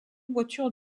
voitures